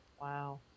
Wow